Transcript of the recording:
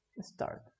start